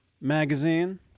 magazine